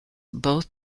both